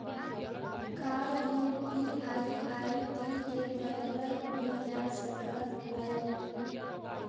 का UPI ID के बदलल भी जा सकऽ हई?